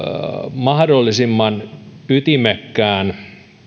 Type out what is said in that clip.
mahdollisimman ytimekkään